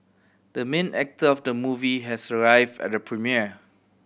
the main actor of the movie has arrive at the premiere